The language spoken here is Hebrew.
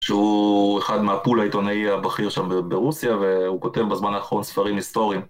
שהוא אחד מהפול העיתונאי הבכיר שם ברוסיה, והוא כותב בזמן האחרון ספרים היסטוריים.